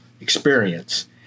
Experience